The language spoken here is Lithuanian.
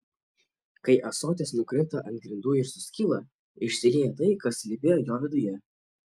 kai ąsotis nukrinta ant grindų ir suskyla išsilieja tai kas slypėjo jo viduje